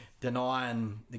denying